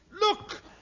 look